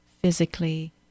physically